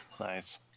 nice